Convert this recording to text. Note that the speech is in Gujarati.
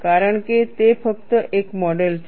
કારણ કે તે ફક્ત એક મોડેલ છે